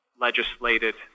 legislated